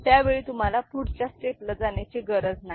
त्यावेळी तुम्हाला पुढच्या स्टेपला जाण्याची गरज नाही